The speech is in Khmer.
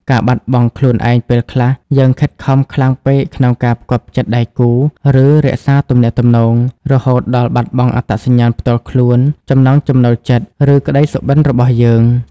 ការបាត់បង់ខ្លួនឯងពេលខ្លះ យើងខិតខំខ្លាំងពេកក្នុងការផ្គាប់ចិត្តដៃគូ ឬរក្សាទំនាក់ទំនង រហូតដល់បាត់បង់អត្តសញ្ញាណផ្ទាល់ខ្លួន ចំណង់ចំណូលចិត្ត ឬក្តីសុបិន្តរបស់យើង។